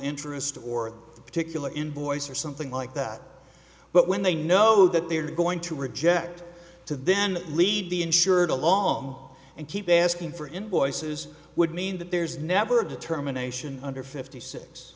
interest or the particular invoice or something like that but when they know that they are going to reject to then lead the insured along and keep asking for invoices would mean that there's never a determination under fifty six